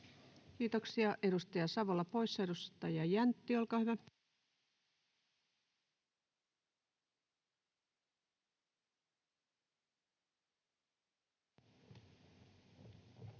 Kiitoksia. — Edustaja Savola poissa. — Edustaja Jäntti, olkaa hyvä. [Speech